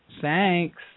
Thanks